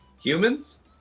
humans